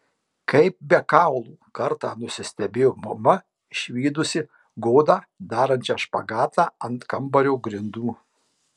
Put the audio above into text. kaip be kaulų kartą nusistebėjo mama išvydusi godą darančią špagatą ant kambario grindų